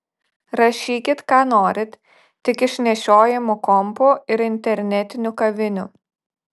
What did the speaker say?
rašykit ką norit tik iš nešiojamų kompų ir internetinių kavinių